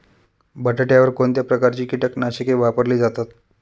बटाट्यावर कोणत्या प्रकारची कीटकनाशके वापरली जातात?